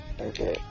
okay